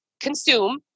consume